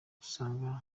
usanga